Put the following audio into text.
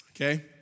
Okay